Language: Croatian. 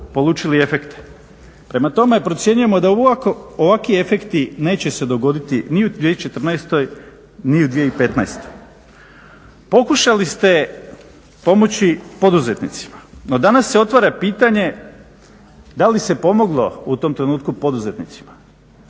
Pokušali ste pomoći poduzetnicima, no danas se otvara pitanje da li se pomoglo u tom trenutku poduzetnicima.